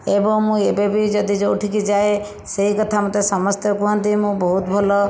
ଏବଂ ମୁଁ ଏବେବି ଯଦି ଯେଉଁଠିକି ଯାଏ ସେଇ କଥା ମୋତେ ସମସ୍ତେ କୁହନ୍ତି ମୁଁ ବହୁତ ଭଲ